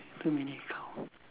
too many headcount